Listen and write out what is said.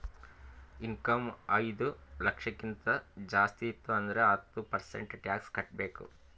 income ಐಯ್ದ ಲಕ್ಷಕ್ಕಿಂತ ಜಾಸ್ತಿ ಇತ್ತು ಅಂದುರ್ ಹತ್ತ ಪರ್ಸೆಂಟ್ ಟ್ಯಾಕ್ಸ್ ಕಟ್ಟಬೇಕ್